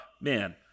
man